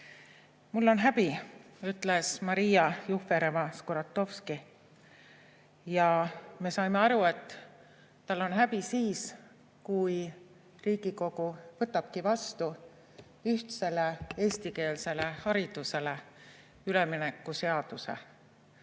Mul on häbi, ütles Maria Jufereva-Skuratovski. Ja me saime aru, et tal on häbi siis, kui Riigikogu võtabki vastu ühtsele eestikeelsele haridusele ülemineku seaduse.